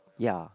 ya